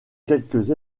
quelques